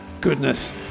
goodness